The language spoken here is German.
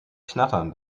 knattern